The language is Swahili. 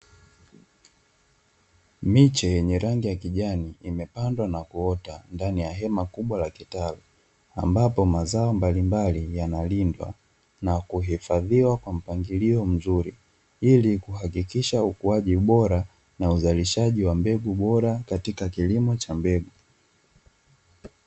Miche yenye rangi ya kijani imepandwa na kuota ndani ya hema kubwa la kitaru ambapo mazao mbalimbali yanalindwa na kuhifadhiwa kwa mpangilio mzuri ili kuhakikisha ukuaji bora na uzalishaji wa mbegu bora katika kilimo cha mbegu.